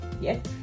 yes